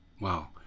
Wow